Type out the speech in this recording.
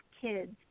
kids